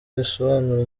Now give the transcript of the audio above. risobanura